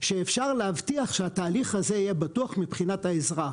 שאפשר להבטיח שהתהליך הזה יהיה בטוח מבחינת האזרח,